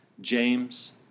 James